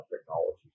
technology